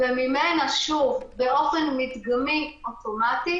וממנה שוב, באופן מדגמי, אוטומטי